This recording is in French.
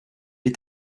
est